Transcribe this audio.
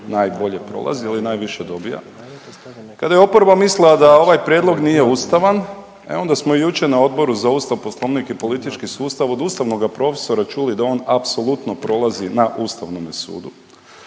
najbolje prolazi ili najviše dobija. Kada je oporba mislila da ovaj prijedlog nije ustavan, e onda smo jučer na Odboru za Ustav, Poslovnik i politički sustav od ustavnoga profesora čuli da on apsolutno prolazi na Ustavnome sudu.